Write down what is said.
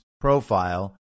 profile